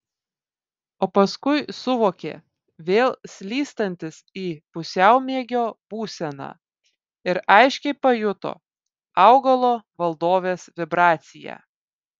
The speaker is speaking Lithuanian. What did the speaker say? o paskui suvokė vėl slystantis į pusiaumiegio būseną ir aiškiai pajuto augalo valdovės vibraciją